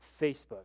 Facebook